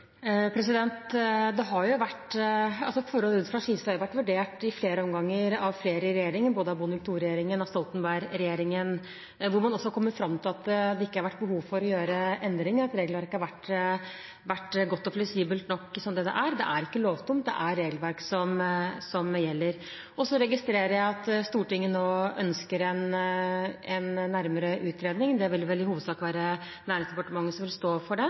vurdert i flere omganger av flere regjeringer, både av Bondevik II-regjeringen og av Stoltenberg-regjeringen, hvor man også har kommet fram til at det ikke har vært behov for å gjøre endringer, og at regelverket har vært godt og fleksibelt nok slik det er. Dette er ikke lovtomt. Det er et regelverk som gjelder. Jeg registrerer at Stortinget nå ønsker en nærmere utredning. Det vil vel i hovedsak være Næringsdepartementet som vil stå for den. Vi vil selvfølgelig følge opp det